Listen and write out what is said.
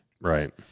right